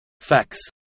Facts